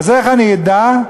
איך אני אדע,